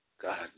God